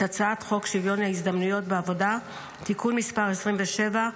את הצעת חוק שוויון ההזדמנויות בעבודה (תיקון מס' 27),